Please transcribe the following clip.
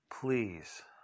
Please